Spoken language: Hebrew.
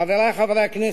חברי חברי הכנסת,